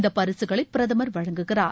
இந்த பரிசுகளை பிரதமர் வழங்குகிறார்